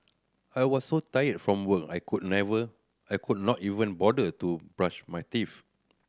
I was so tired from work I could never I could not even bother to brush my teeth